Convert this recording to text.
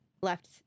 left